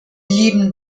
lieben